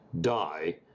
die